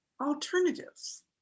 alternatives